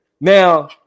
now